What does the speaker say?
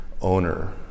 owner